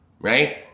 right